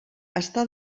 està